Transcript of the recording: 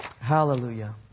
Hallelujah